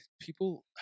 people